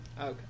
Okay